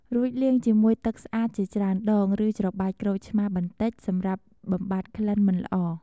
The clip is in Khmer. រួចលាងជាមួយទឹកស្អាតជាច្រើនដងឬច្របាច់ក្រូចឆ្មាបន្តិចសំរាប់បំបាត់ក្លិនមិនល្អ។